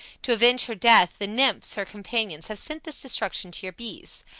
to avenge her death, the nymphs, her companions, have sent this destruction to your bees.